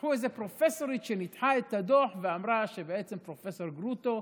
לקחו איזו פרופסורית שניתחה את הדוח ואמרה שבעצם פרופ' גרוטו,